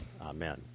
Amen